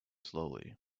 slowly